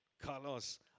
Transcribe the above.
Carlos